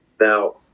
Now